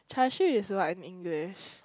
Char-Siew is what in English